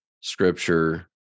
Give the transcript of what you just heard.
Scripture